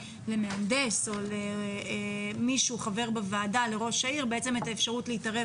למהנדס או לחבר בוועדה או לראש העיר את האפשרות להתערב